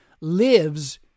lives